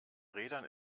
rädern